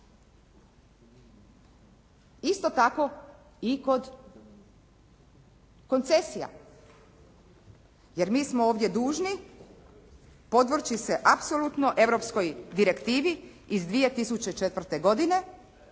Isto tako i kod koncesija jer mi smo ovdje dužni podvrći se apsolutno europskoj direktivi iz 2004. godine